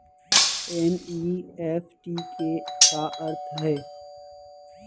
NEFT के का अर्थ है?